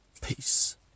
peace